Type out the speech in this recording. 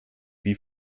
wie